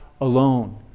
alone